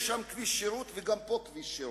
יש שם כביש שירות וגם פה יש כביש שירות,